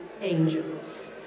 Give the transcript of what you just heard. angels